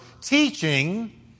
teaching